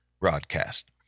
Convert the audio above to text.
broadcast